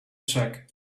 check